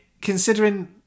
Considering